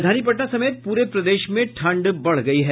राजधानी पटना समेत पूरे प्रदेश में ठंड बढ़ गयी है